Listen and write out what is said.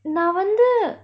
நான் வந்து:naan vanthu